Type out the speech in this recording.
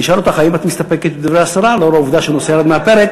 אני אשאל אותך אם את מסתפקת בדברי השרה לנוכח העובדה שהנושא ירד מהפרק,